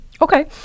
Okay